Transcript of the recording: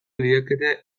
liekete